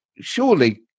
surely